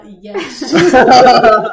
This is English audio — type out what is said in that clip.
Yes